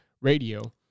radio